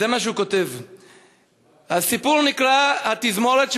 הסיפור נקרא "התזמורת",